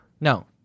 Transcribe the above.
No